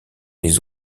les